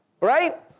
right